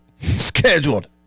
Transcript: scheduled